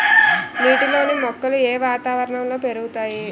నీటిలోని మొక్కలు ఏ వాతావరణంలో పెరుగుతాయి?